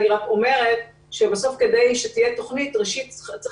אני רק אומרת שבסוף כדי שתהיה תוכנית צריך